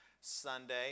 Sunday